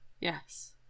Yes